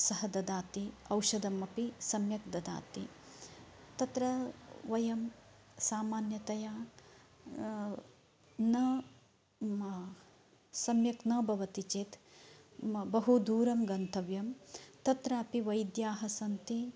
सः ददाति औषधम् अपि सम्यक् ददाति तत्र वयं सामान्यतया न सम्यक् न भवति चेत् बहु दूरं गन्तव्यम् तत्रापि वैद्या सन्ति